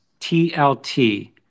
TLT